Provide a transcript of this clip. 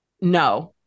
No